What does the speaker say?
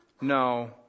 no